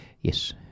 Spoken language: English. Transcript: Yes